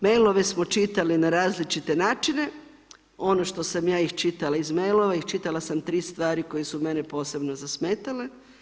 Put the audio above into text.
Mailove smo čitali na različite načine, ono što sam ja iščitala iz mailova, iščitala sam 3 stvari koje su mene posebno zasmetale.